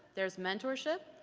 there's mentorship,